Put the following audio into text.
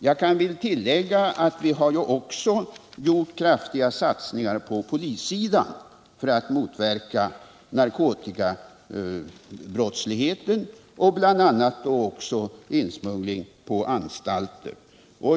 Det kan tilläggas att vi också gjort kraftiga satsningar på polissidan för att motverka narkotikabrottsligheten, bl.a. insmuggling på anstalter.